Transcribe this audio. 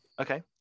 Okay